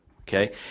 okay